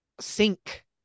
sink